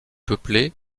peuplée